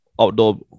outdoor